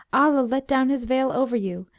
allah let down his veil over you!